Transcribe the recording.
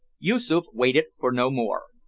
yoosoof waited for no more.